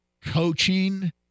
Coaching